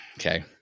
Okay